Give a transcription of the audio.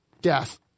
death